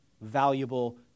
valuable